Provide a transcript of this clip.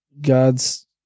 god's